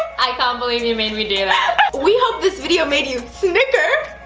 i can't believe you made me do that. we hope this video made you snicker.